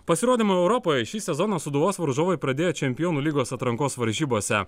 pasirodymą europoje šį sezoną sūduvos varžovai pradėjo čempionų lygos atrankos varžybose